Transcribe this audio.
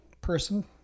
person